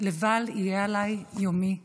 / לבל יהי עליי יומי הרגל".